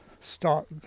start